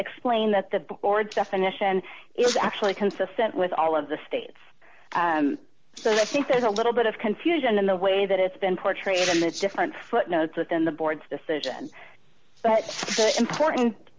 explain that the board's definition is actually consistent with all of the states so i think there's a little bit of confusion in the way that it's been portrayed in the different footnotes within the board's decision but the important